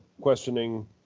questioning